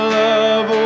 love